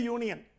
Union